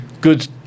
good